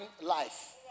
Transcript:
life